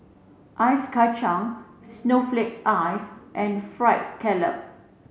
Ice Kachang snowflake ice and fried scallop